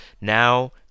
Now